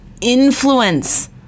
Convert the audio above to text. influence